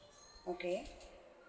okay